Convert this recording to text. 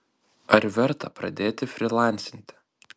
ar verta pradėti frylancinti